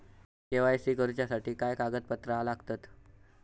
KYC करूच्यासाठी काय कागदपत्रा लागतत?